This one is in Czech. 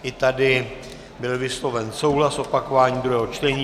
I tady byl vysloven souhlas s opakováním druhého čtení.